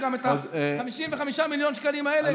וגם את 55 מיליון השקלים האלה חוקקנו כאן.